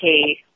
okay